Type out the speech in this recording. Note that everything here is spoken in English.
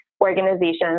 Organizations